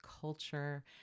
culture